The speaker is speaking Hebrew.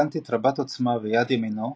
רפליקנטית רבת עוצמה ויד ימינו,